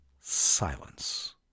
silence